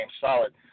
solid